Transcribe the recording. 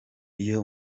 iyo